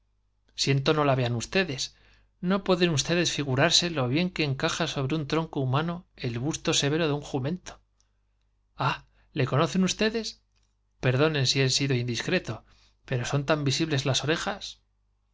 siento no la vean ustedes no pueden ustedes figurarse lo bien que encaja sobre un tronco humano el busto severo de m jumento ah le conocen ustedes perdonen si he sido indiscreto pero son tan visibles las orejas